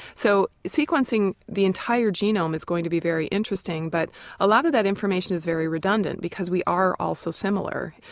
so sequencing the entire genome is going to be very interesting but a lot of that information is very redundant because we are all so similar.